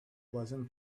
pleasant